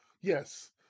Yes